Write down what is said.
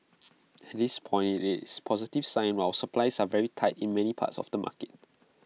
at this point IT is A positive sign while supplies are very tight in many parts of the market